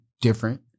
different